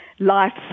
Life's